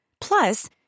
Plus